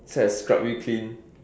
so I scrub you clean